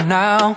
now